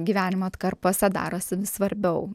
gyvenimo atkarpose darosi vis svarbiau